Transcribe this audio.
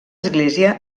església